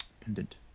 Pendant